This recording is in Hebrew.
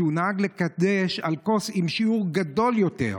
כי הוא נהג לקדש על כוס עם שיעור גדול יותר,